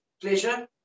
pleasure